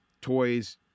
toys